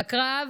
בקרב